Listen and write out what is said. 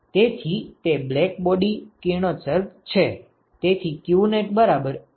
તેથી તે બ્લેકબોડી કિરણોત્સર્ગ છે